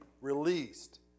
released